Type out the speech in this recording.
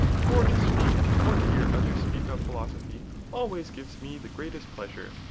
for to speak or to hear others speak of philosophy always gives me the greatest pleasure,